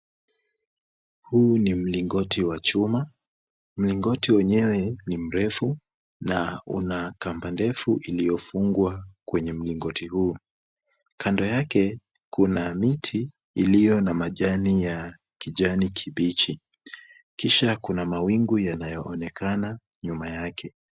Huu ni mlingoti wa chuma. Mlingoti wenyewe ni mrefu na una kamba ndefu iliyofungwa kwenye mlingoti huu. Kando yake kuna miti iliyo na majani ya kijani kibichi. Kisha kuna mawingu yanayoonekana nyuma yake.